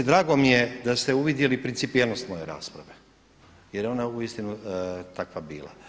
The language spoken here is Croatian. Drago mi je da ste uvidjeli principijelnost moje rasprave jer je ona uistinu takva bila.